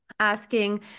asking